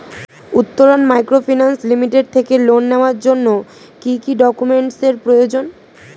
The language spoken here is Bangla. উত্তরন মাইক্রোফিন্যান্স লিমিটেড থেকে লোন নেওয়ার জন্য কি কি ডকুমেন্টস এর প্রয়োজন?